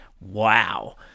Wow